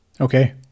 okay